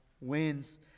wins